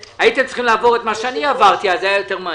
הייתם צריכים לעבור את מה שאני עברתי אז זה היה יותר מעניין.